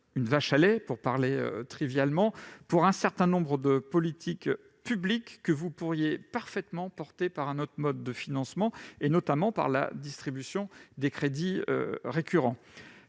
une vache à lait, si je puis dire, pour un certain nombre de politiques publiques que vous pourriez parfaitement soutenir par un autre mode de financement, notamment par la distribution des crédits récurrents.